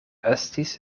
estis